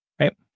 Right